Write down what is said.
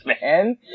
man